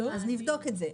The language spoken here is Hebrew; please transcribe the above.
אנחנו נבדוק את זה.